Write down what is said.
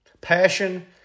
Passion